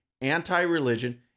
anti-religion